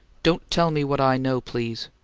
don't tell me what i know, please!